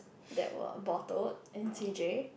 that were bottled in C_J